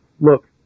look